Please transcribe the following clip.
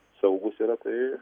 saugūs yra tai